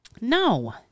No